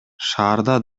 шаарда